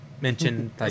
mentioned